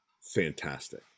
fantastic